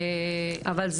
טוב,